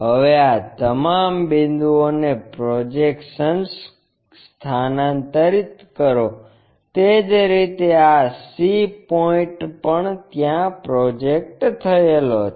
હવે આ તમામ બિંદુઓને પ્રોજેક્શન્સ સ્થાનાંતરિત કરો તે જ રીતે આ c પોઇન્ટ પણ ત્યાં પ્રોજેક્ટ થયેલો છે